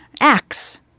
Acts